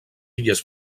illes